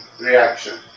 reaction